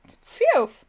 phew